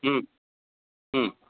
ह्म् ह्म्